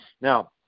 Now